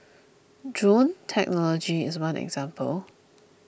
drone technology is one example